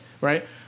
right